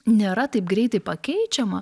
nėra taip greitai pakeičiama